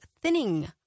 thinning